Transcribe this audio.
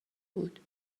بود